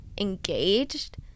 engaged